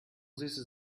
süße